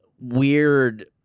weird